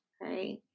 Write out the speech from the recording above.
Right